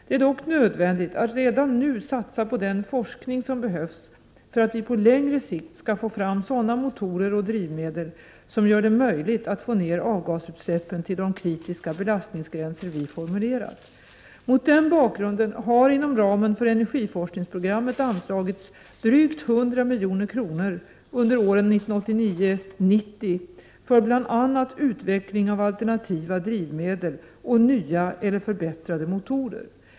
Det är dock nödvändigt att redan nu satsa på den forskning som behövs för att vi på längre sikt skall få fram sådana motorer och drivmedel som gör det möjligt att få ned avgasutsläppen till de kritiska belastningsgränser vi formulerat. Mot den bakgrunden har inom ramen för energiforskningsprogrammet anslagits drygt 100 milj.kr. under åren 1989-1990 för bl.a. utveckling av alternativa drivmedel och nya eller förbättrade motorer.